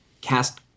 cast